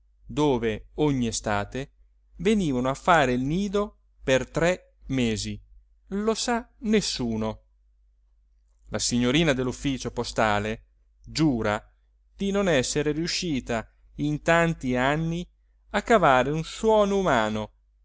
dove ogni estate venivano a fare il nido per tre mesi lo sa nessuno la signorina dell'ufficio postale giura di non essere riuscita in tanti anni a cavare un suono umano